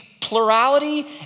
plurality